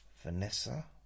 Vanessa